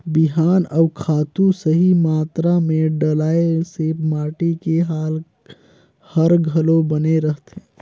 बिहान अउ खातू सही मातरा मे डलाए से माटी के हाल हर घलो बने रहथे